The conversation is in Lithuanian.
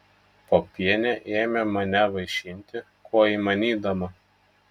popienė ėmė mane vaišinti kuo įmanydama